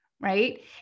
right